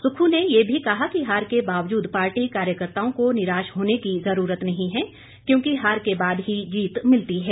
सुक्खू ने ये भी कहा कि हार के बावजूद पार्टी कार्यकर्ताओं को निराश होने की ज़रूरत नहीं है क्योंकि हार के बाद ही जीत मिलती है